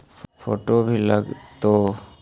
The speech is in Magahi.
फोटो भी लग तै?